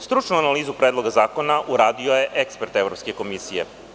Stručnu analizu predloga zakona uradio je ekspert Evropske komisije.